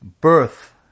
birth